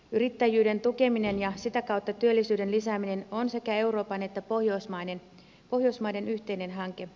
yrittäjyyden tukeminen ja sitä kautta työllisyyden lisääminen on sekä euroopan että pohjoismaiden yhteinen hanke